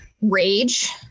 rage